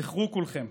זכרו כולכם: